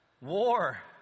war